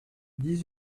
dix